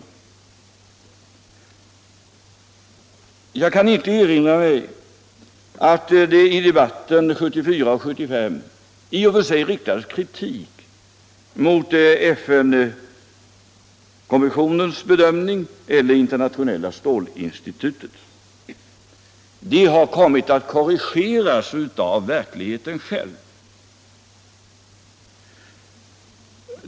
Och jag kan inte erinra mig att det i debatten 1974-1975 riktades någon kritik mot Europakommissionens eller Internationella stålinstitutets bedömningar. De har kommit att korrigeras av verkligheten själv.